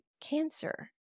cancer